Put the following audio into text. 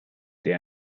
der